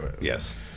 yes